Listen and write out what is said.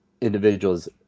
individuals